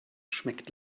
schmeckt